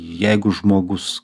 jeigu žmogus